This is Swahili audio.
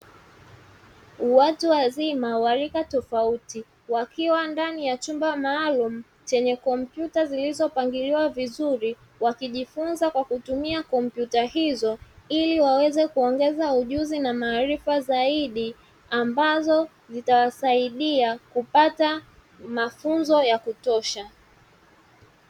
Watu wazima wa rika tofauti wakiwa ndani ya chumba maalumu chenye kompyuta zilizopangiliwa vizuri, wakijifunza kwa kutumia kompyuta hizo, ili waweze kuongeza ujuzi na maarifa zaidi ambazo zitawasaidia kupata mafunzo ya kutosha.